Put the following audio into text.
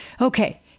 Okay